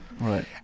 Right